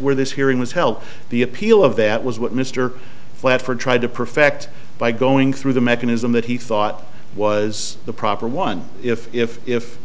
where this hearing was held the appeal of that was what mr flat for tried to perfect by going through the mechanism that he thought was the proper one if if if